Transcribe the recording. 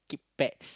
pets